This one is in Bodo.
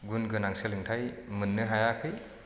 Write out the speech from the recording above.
गुन गोनां सोलोंथाय मोननो हायाखै